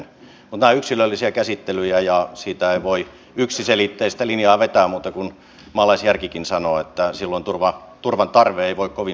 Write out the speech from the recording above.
mutta nämä ovat yksilöllisiä käsittelyjä ja siitä ei voi yksiselitteistä linjaa vetää muuta kuin että maalaisjärkikin sanoo että silloin turvan tarve ei voi kovin suuri olla